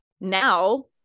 now